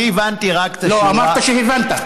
אמרת שהבנת.